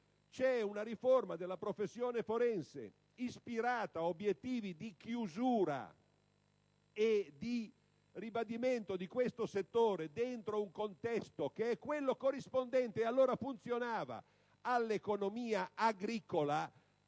C'è una riforma della professione forense ispirata ad obiettivi di chiusura e di ribadimento di questo settore dentro un contesto che è quello corrispondente - e allora funzionava - all'economia agricola.